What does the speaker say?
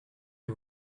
que